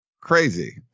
Crazy